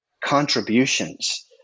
contributions